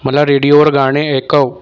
मला रेडियोवर गाणे ऐकव